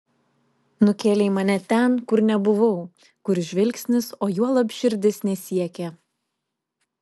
nukėlei mane ten kur nebuvau kur žvilgsnis o juolab širdis nesiekė